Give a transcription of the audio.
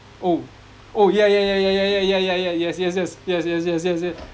oh oh ya ya ya ya ya ya ya ya ya yes yes yes yes yes yes yes yes yes